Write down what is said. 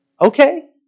Okay